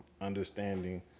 understanding